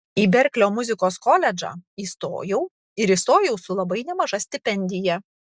į berklio muzikos koledžą įstojau ir įstojau su labai nemaža stipendija